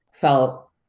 felt